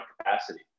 capacity